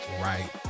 right